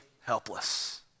helpless